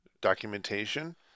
documentation